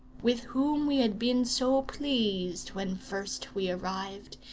with whom we had been so pleased when first we arrived,